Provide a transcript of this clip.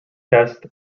tests